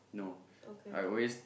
okay